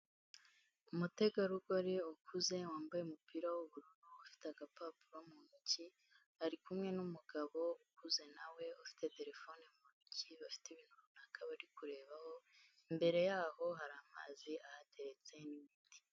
Umutegarugori ukuze wambaye umupira w'ubururu, ufite agapapuro mu ntoki, ari kumwe n'umugabo ukuze na we ufite terefone mu ntoki, bafite ibintu runaka bari kurebaho imbere yabo hari amazi ahateretse n'ibiti.